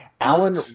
Alan